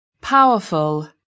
Powerful